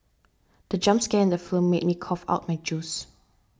the jump scare in the film made me cough out my juice